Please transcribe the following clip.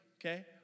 okay